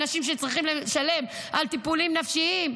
אנשים שצריכים לשלם על טיפולים נפשיים,